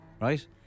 Right